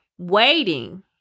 Waiting